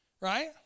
right